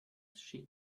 she